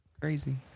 crazy